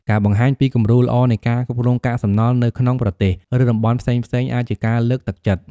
ការបង្ហាញពីគំរូល្អនៃការគ្រប់គ្រងកាកសំណល់នៅក្នុងប្រទេស ឬតំបន់ផ្សេងៗអាចជាការលើកទឹកចិត្ត។